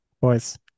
boys